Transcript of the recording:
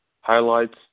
highlights